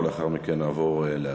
ולאחר מכן נעבור להצבעה.